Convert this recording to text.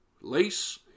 lace